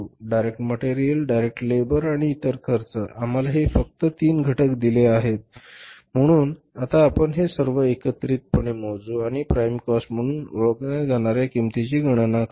direct material direct labour आणि इतर खर्च आम्हाला हे फक्त तीन घटक दिले आहेत म्हणून आता आपण हे सर्व एकत्रितपणे मोजू आणि प्राईम काॅस्ट म्हणून ओळखल्या जाणार्या किंमतीची गणना करू